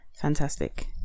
Fantastic